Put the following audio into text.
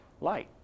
light